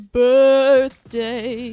birthday